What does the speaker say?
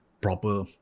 proper